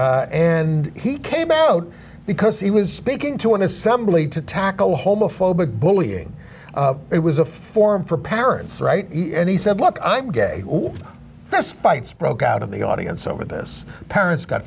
meyer and he came out because he was speaking to an assembly to tackle homophobic bullying it was a form for parents right and he said look i'm gay this fights broke out in the audience over this parents got